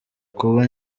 kuba